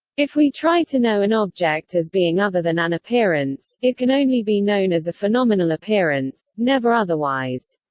if we try to know an object as being other than an appearance, it can only be known as a phenomenal appearance, never otherwise.